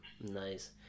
Nice